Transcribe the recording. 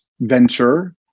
venture